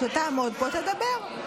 כשתעמוד פה, תדבר.